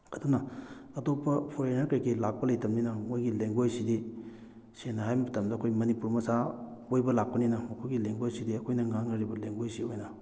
ꯑꯗꯨꯅ ꯑꯇꯣꯞꯄ ꯐꯣꯔꯦꯟꯅꯔ ꯀꯩꯀꯩ ꯂꯥꯛꯄ ꯂꯩꯇꯕꯅꯤꯅ ꯃꯣꯏꯒꯤ ꯂꯦꯡꯒ꯭ꯋꯦꯖꯁꯤꯗꯤ ꯁꯦꯡꯅ ꯍꯥꯏꯕ ꯃꯇꯝꯗ ꯑꯩꯈꯣꯏ ꯃꯅꯤꯄꯨꯔ ꯃꯆꯥ ꯀꯣꯏꯕ ꯂꯥꯛꯄꯅꯤꯅ ꯃꯈꯣꯏꯒꯤ ꯂꯦꯡꯒ꯭ꯋꯦꯖꯁꯤꯗꯤ ꯑꯩꯈꯣꯏꯅ ꯉꯥꯡꯅꯔꯤꯕ ꯂꯦꯡꯒ꯭ꯋꯦꯖꯁꯤ ꯑꯣꯏꯅ